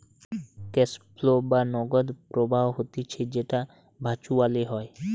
cash flow বা নগদ প্রবাহ হতিছে যেটো ভার্চুয়ালি হয়